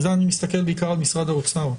בזה אני מסתכל בעיקר על משרד האוצר.